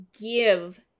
give